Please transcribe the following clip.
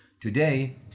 Today